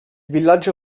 villaggio